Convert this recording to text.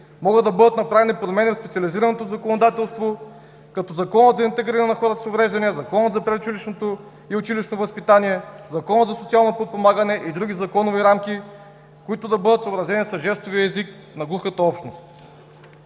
Могат да бъдат направени промени в специализираното законодателство като в Закона за интеграцията на хората с увреждания, Закона за предучилищното и училищното образование, Закона за социалното подпомагане и други законови рамки, които да бъдат съобразени с жестовия език на глухата общност.